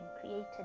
created